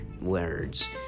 words